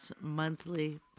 monthly